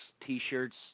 T-shirts